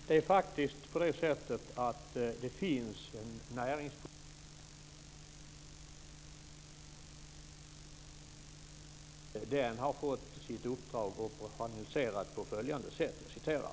Fru talman! Det är faktiskt så att det finns en näringspolitisk inriktning i Sjätte AP-fonden. Den har fått sitt uppdrag formulerat på följande sätt: